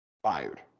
fired